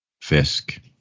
fisk